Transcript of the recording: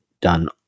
done